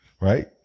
right